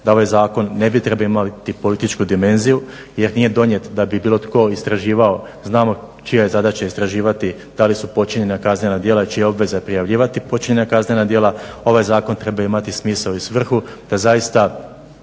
da ovaj zakon ne bi trebao imati političku dimenziju jer nije donijet da bi bilo tko istraživao. Znamo čija je zadaća istraživati, da li su počinjena kaznena djela čija je obveza prijavljivati počinjena kaznena djela. Ovaj zakon treba imati smisao i svrhu da zaista